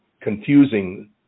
confusing